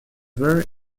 very